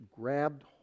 grabbed